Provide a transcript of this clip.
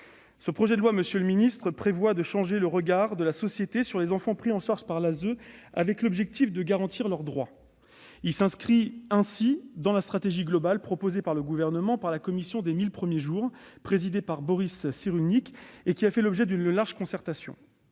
Ce projet de loi prévoit ainsi de changer le regard que la société porte sur les enfants pris en charge par l'ASE, l'objectif étant de garantir leurs droits. Il s'inscrit ainsi dans la stratégie globale proposée au Gouvernement par la commission des 1 000 premiers jours, présidée par Boris Cyrulnik et qui a fait l'objet d'une large concertation.